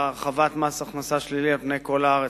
והרחבת מס הכנסה שלילי על פני כל הארץ.